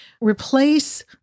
replace